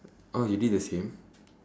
oh you did the same